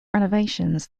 renovations